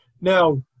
Now